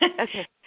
Okay